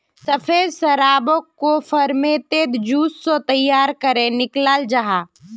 सफ़ेद शराबोक को फेर्मेंतेद जूस से तैयार करेह निक्लाल जाहा